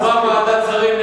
הוקמה ועדת שרים.